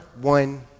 one